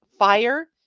fire